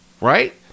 Right